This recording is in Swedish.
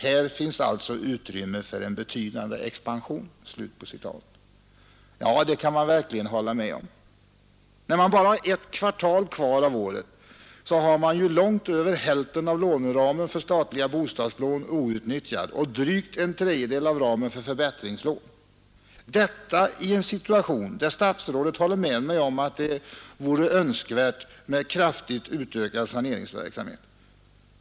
Här finns alltså utrymme för en betydande expansion.” Ja, det kan man verkligen hålla med om. När endast ett kvartal återstår av året är långt mer än hälften av låneramen för statliga bostadslån outnyttjad och drygt en tredjedel av ramen för förbättringslån, detta i en situation då det vore önskvärt med kraftigt utökad saneringsverksamhet.